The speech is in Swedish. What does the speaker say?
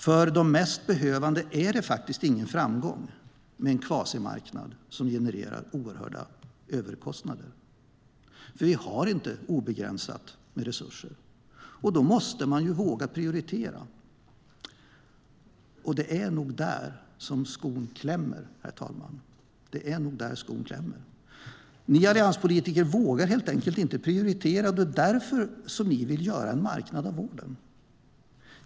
För de mest behövande är det ingen framgång med en kvasimarknad som genererar oerhörda överkostnader. Vi har inte obegränsat med resurser, och då måste man våga prioritera. Och det är nog där skon klämmer, herr talman. Ni allianspolitiker vågar helt enkelt inte prioritera, och det är därför ni vill göra en marknad av vården.